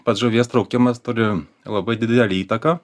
pats žuvies traukimas turi labai didelę įtaką